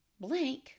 blank